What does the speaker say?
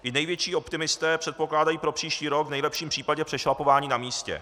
I největší optimisté předpokládají pro příští rok v nejlepším případě přešlapování na místě.